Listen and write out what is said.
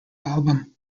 album